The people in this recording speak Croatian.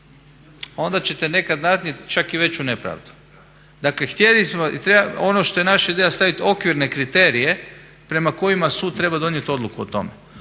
onda ćete nekada nanijet čak i veću nepravdu. Dakle htjeli smo, ono što je naša ideja staviti okvirne kriterije prema kojima sud treba donijeti odluku o tome.